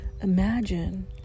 imagine